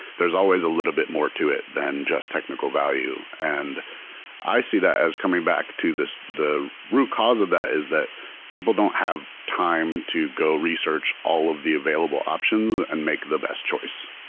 there's always a little bit more to it than just technical value. and i see that as coming back to the root cause of that is that people don't have time to go research all of the available options and make the best choice.